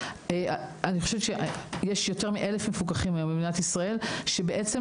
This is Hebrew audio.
אני חושבת שיש יותר מאלף מפוקחים היום במדינת ישראל שבעצם